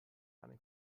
einen